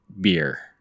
beer